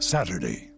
Saturday